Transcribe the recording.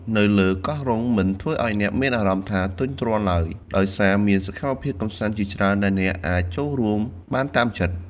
នៅលើកោះរ៉ុង មិនធ្វើឲ្យអ្នកមានអារម្មណ៍ថាធុញទ្រាន់ឡើយ ដោយសារមានសកម្មភាពកម្សាន្តជាច្រើនដែលអ្នកអាចចូលរួមបានតាមចិត្ត។